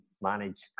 manage